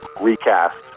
recast